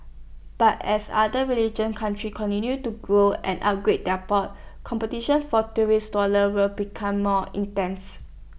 but as other religion countries continue to grow and upgrade their ports competition for tourist dollars will become more intense